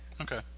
Okay